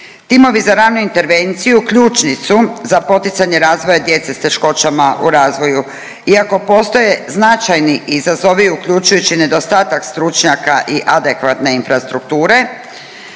Timovi za ranu intervenciju ključni su za poticanje razvoja djece s teškoćama u razvoju, iako postoje značajni izazovi, uključujući nedostatak stručnjaka i adekvatne infrastrukture,